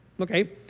Okay